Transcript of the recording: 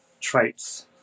traits